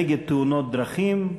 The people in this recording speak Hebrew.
נגד תאונות דרכים,